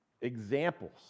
examples